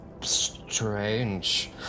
Strange